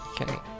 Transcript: Okay